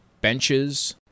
benches